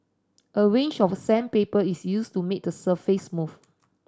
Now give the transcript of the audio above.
a range of sandpaper is used to make the surface smooth